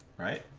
right